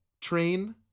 train